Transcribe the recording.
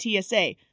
TSA